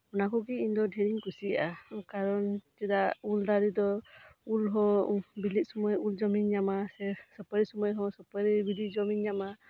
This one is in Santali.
ᱚᱱᱟ ᱠᱚᱜᱮᱤᱧ ᱫᱚ ᱰᱷᱮᱨ ᱤᱧ ᱠᱩᱥᱤᱭᱟᱜᱼᱟ ᱠᱟᱨᱚᱱ ᱪᱮᱫᱟᱜ ᱩᱞ ᱫᱟᱨᱮ ᱫᱚ ᱩᱞ ᱦᱚᱸ ᱵᱤᱞᱤᱜ ᱥᱩᱢᱟᱹᱭ ᱩᱞ ᱡᱚᱢᱤᱧ ᱧᱟᱢᱟ ᱥᱮ ᱥᱩᱯᱟᱹᱨᱤ ᱥᱩᱢᱟᱹᱭ ᱦᱚᱸ ᱥᱩᱯᱟᱹᱨᱤ ᱵᱤᱞᱤ ᱡᱚᱢᱤᱧ ᱧᱟᱢᱟ